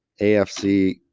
afc